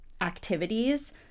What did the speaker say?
activities